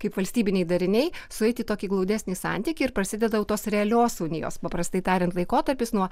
kaip valstybiniai dariniai sueiti į tokį glaudesnį santykį ir prasideda jau tos realios unijos paprastai tariant laikotarpis nuo